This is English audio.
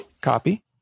Copy